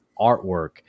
artwork